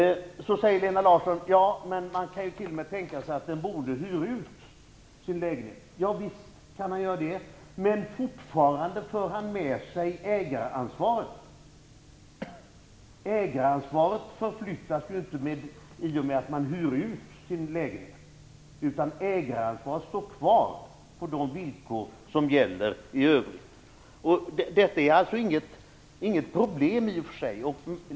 Så säger Lena Larsson att man t.o.m. kan tänka sig att den boende hyr ut sin lägenhet. Ja visst kan man göra det. Men fortfarande för han med sig ägaransvaret. Ägaransvaret förflyttas ju inte i och med att man hyr ut sin lägenhet, utan ägaransvaret står kvar på de villkor som gäller i övrigt. Detta är inget problem i och för sig.